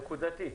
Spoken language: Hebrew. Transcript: נקודתי.